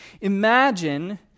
imagine